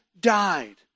died